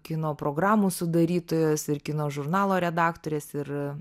kino programų sudarytojos ir kino žurnalo redaktorės ir